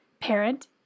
parent